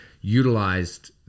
utilized